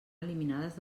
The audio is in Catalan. eliminades